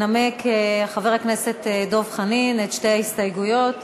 חבר הכנסת דב חנין ינמק את שתי ההסתייגויות.